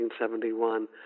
1971